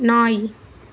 நாய்